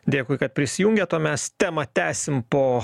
dėkui kad prisijungėt o mes temą tęsim po